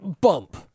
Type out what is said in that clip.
Bump